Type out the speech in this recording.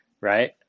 right